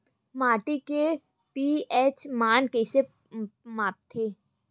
माटी के पी.एच मान कइसे मापथे?